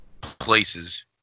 places